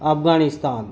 Afghanistan